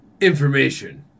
information